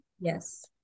Yes